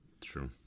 True